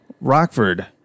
Rockford